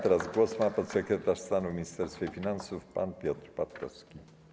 Teraz głos ma podsekretarz stanu w Ministerstwie Finansów pan Piotr Patkowski.